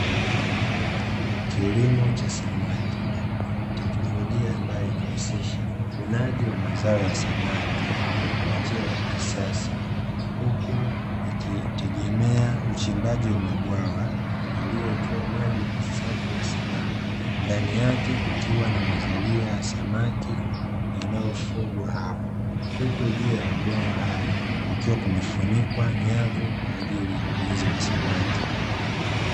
Kilimo cha samaki. Teknolojia ambayo inahusisha uvunaji wa mazao ya samaki kwa njia ya kisasa. Huku ikitegemea uchimbaji wa mabwawa yaliyowekewa maji safi na salama, ndani yake kukiwa na mazalia ya samaki yanayofugwa hapo. Huku juu ya mabwawa hayo kukiwa kumefunikwa nyavu kwa ajili ya ulinzi wa samaki.